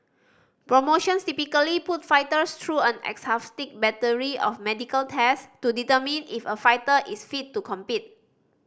promotions typically put fighters through an exhaustive battery of medical test to determine if a fighter is fit to compete